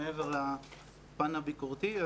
מעבר לפן הביקורתי.